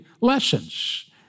lessons